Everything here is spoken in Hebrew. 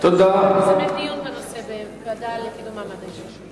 וחשוב שנזמן דיון בנושא בוועדה לקידום מעמד האשה.